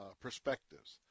perspectives